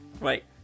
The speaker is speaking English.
Right